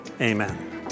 Amen